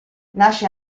nasce